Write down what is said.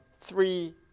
three